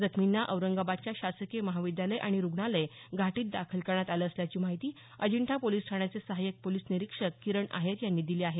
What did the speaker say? जखमींना औरंगाबादच्या शासकिय महाविद्यालय आणि रुग्णालय घाटीत दाखल करण्यात आलं असल्याची माहिती अजिंठा पोलिस ठाण्याचे सहाय्यक पोलिस निरीक्षक किरण आहेर यांनी दिली आहे